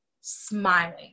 smiling